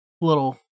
Little